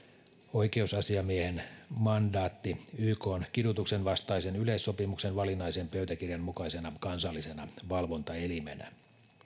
oikeusasiamiehen mandaatti ykn kidutuksen vastaisen yleissopimuksen valinnaisen pöytäkirjan mukaisena kansallisena valvontaelimenä